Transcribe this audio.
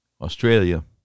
Australia